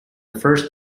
first